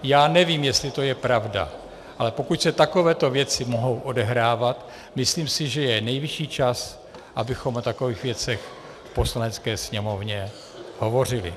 Já nevím, jestli to je pravda, ale pokud se takovéto věci mohou odehrávat, myslím si, že je nejvyšší čas, abychom o takových věcech v Poslanecké sněmovně hovořili.